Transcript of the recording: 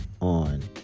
on